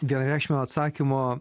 vienareikšmio atsakymo